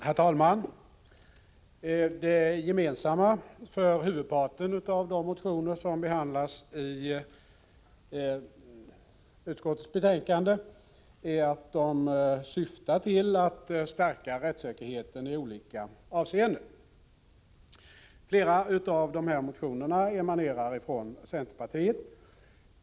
Herr talman! Det gemensamma för huvudparten av de motioner som behandlas i konstitutionsutskottets betänkande är att de syftar till att stärka rättssäkerheten i olika avseenden. Flera av motionerna emanerar från centerpartiet.